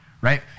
right